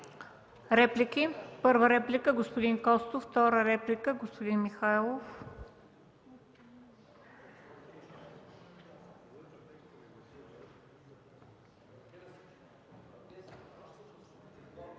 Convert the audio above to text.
Реплики? Първа реплика – господин Костов. Втора реплика – господин Михайлов.